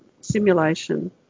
simulation